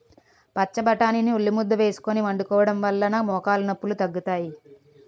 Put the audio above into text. పచ్చబొటాని ని ఉల్లిముద్ద వేసుకొని వండుకోవడం వలన మోకాలు నొప్పిలు తగ్గుతాయి